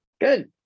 Good